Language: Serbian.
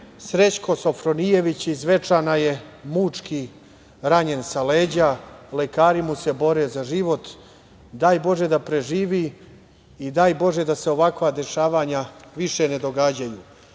Srećko Sofronijević, iz Zvečana je mučki ranjen sa leđa, lekari mu se bore za život, daj Bože da preživi i da daj Bože da se ovakva dešavanja više ne